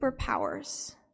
superpowers